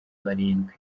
barindwi